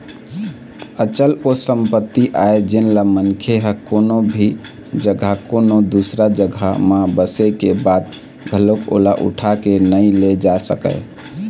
अचल ओ संपत्ति आय जेनला मनखे ह कोनो भी जघा कोनो दूसर जघा म बसे के बाद घलोक ओला उठा के नइ ले जा सकय